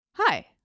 Hi